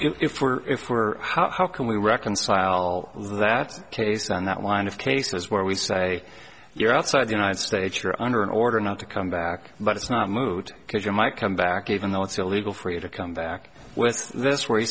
if we're if we're how can we reconcile that case and that wind of cases where we say you're outside the united states you're under an order not to come back but it's not moot because you might come back even though it's illegal for you to come back with this where he